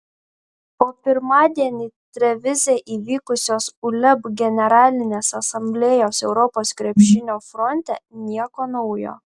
po pirmadienį trevize įvykusios uleb generalinės asamblėjos europos krepšinio fronte nieko naujo